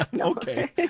Okay